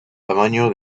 tamaño